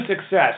success